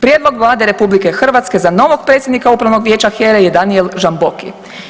Prijedlog Vlade RH za novog predsjednika Upravnog vijeća HERE je Danijel Žamboki.